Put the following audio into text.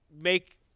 make